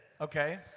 Okay